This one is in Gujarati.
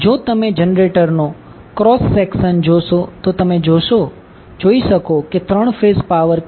જો તમે જનરેટરનો ક્રોસ સેક્શન જોશો તો તમે જોઈ શકો કે 3 ફેઝ પાવર કેવી રીતે મેળવીએ છીએ